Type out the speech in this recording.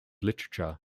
literature